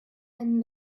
and